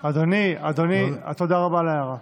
אדוני, תודה רבה על ההערה.